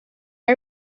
are